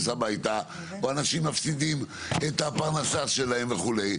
הביתה או אנשים מפסידים את הפרנסה שלהם וכו'.